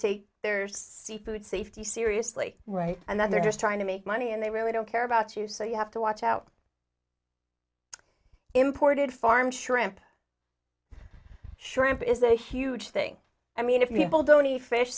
take their seafood safety seriously right and that they're just trying to make money and they really don't care about you so you have to watch out imported farm shrimp shrimp is a huge thing i mean if people don't eat f